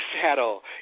saddle